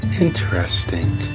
Interesting